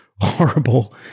horrible